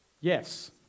yes